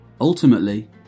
Ultimately